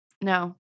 No